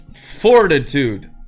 Fortitude